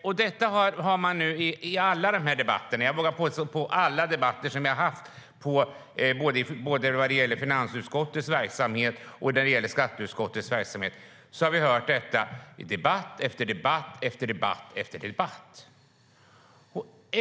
Jag vågar påstå att vi har hört detta i debatt efter debatt som vi har haft vad gäller både finansutskottets verksamhet och skatteutskottets verksamhet.